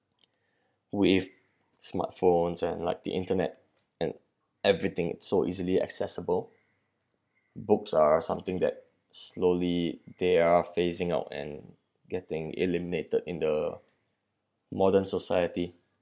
with smartphones and like the internet and everything it's so easily accessible books are something that slowly they are phasing out and getting eliminated in the modern society